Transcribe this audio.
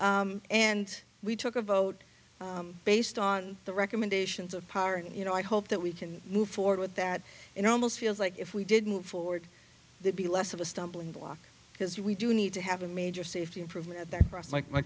and we took a vote based on the recommendations of power and you know i hope that we can move forward with that it almost feels like if we did move forward they'd be less of a stumbling block because we do need to have a major safety i